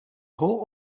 whole